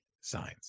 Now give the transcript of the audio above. signs